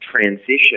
transition